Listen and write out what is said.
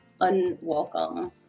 unwelcome